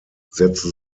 setzte